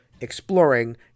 exploring